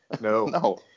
No